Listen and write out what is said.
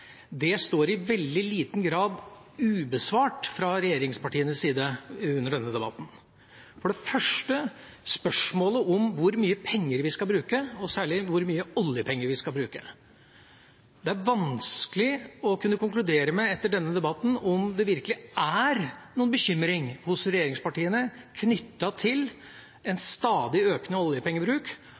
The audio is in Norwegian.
i veldig liten grad er besvart fra regjeringspartienes side under denne debatten. Dette gjelder for det første spørsmålet om hvor mye penger vi skal bruke, og særlig hvor mye oljepenger vi skal bruke. Det er vanskelig etter denne debatten å kunne konkludere med at det virkelig er noen bekymring hos regjeringspartiene knyttet til en stadig økende oljepengebruk